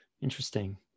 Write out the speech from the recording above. interesting